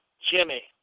Jimmy